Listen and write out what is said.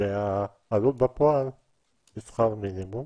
העלות בפועל הוא שכר מינימום.